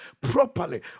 properly